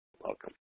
Welcome